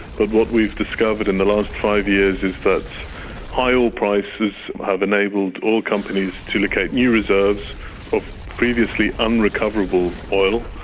but what we've discovered in the last five years is that high oil prices have enabled oil companies to locate new reserves of previously unrecoverable oil.